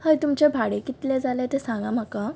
हय तुमचें भाडें कितलें जालें तें सांगां म्हाका